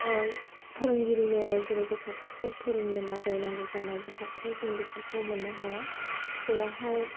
फोरोंगिरिनो जेरै गथ'फोरखौ फोरोंनो थाखाय नांगौ जानाय बेसादखौ जों बेफोरखौ मोननो हाया जेरावहाय